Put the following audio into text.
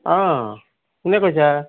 অঁ কোনে কৈছা